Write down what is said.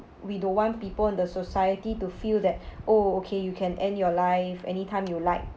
we don't want people in the society to feel that oh okay you can end your life anytime you like